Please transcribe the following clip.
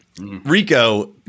Rico